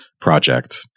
project